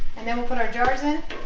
and then we'll put our jars in